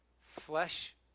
Flesh